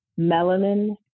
melanin